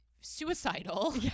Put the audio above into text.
suicidal